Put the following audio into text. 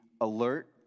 alert